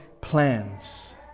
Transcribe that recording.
plans